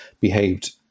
behaved